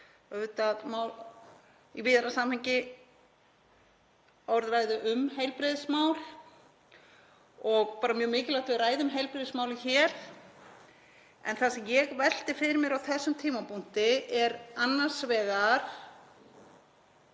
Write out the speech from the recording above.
í víðara samhengi orðræðu um heilbrigðismál og bara mjög mikilvægt að við ræðum heilbrigðismálin hér. En það sem ég velti fyrir mér á þessum tímapunkti er annars vegar: